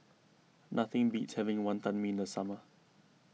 nothing beats having Wantan Mee in the summer